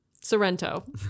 Sorrento